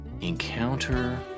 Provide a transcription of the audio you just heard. encounter